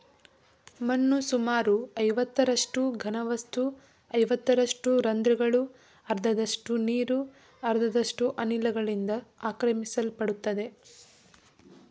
ಮಣ್ಣು ಸುಮಾರು ಐವತ್ತರಷ್ಟು ಘನವಸ್ತು ಐವತ್ತರಷ್ಟು ರಂದ್ರಗಳು ಅರ್ಧದಷ್ಟು ನೀರು ಅರ್ಧದಷ್ಟು ಅನಿಲದಿಂದ ಆಕ್ರಮಿಸಲ್ಪಡ್ತದೆ